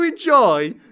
enjoy